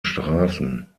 straßen